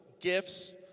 gifts